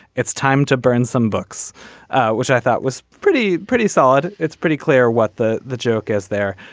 it's time to burn some books which i thought was pretty pretty solid. it's pretty clear what the the joke is there.